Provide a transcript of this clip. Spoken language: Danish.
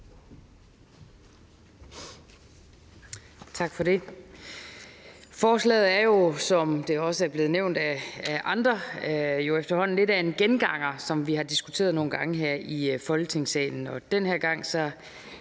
Tak for det. Forslaget er jo, som det også er blevet nævnt af andre, efterhånden lidt af en genganger, som vi har diskuteret nogle gange her i Folketingssalen. Den her gang